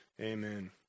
Amen